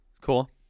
Cool